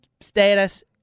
status